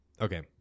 Okay